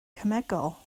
cemegol